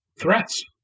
threats